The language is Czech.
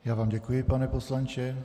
Já vám děkuji, pane poslanče.